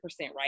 right